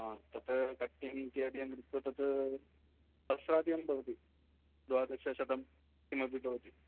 आ भवति द्वादश शतं किमपि भवति